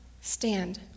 stand